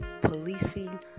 policing